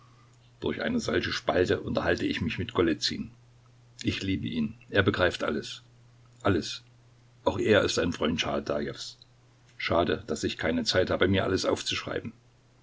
durch eine solche spalte unterhalte ich mich mit golizyn ich liebe ihn er begreift alles alles auch er ist ein freund tschaadajews schade daß ich keine zeit habe mir alles aufzuschreiben